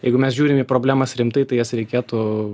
jeigu mes žiūrim į problemas rimtai tai jas reikėtų